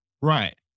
Right